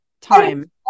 time